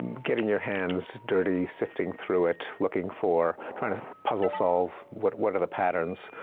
getting your hands dirty, sifting through it, looking for, trying to puzzle solve. what what are the patterns?